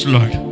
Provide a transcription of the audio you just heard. Lord